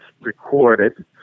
recorded